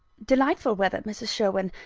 delightful weather mrs. sherwin.